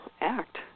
act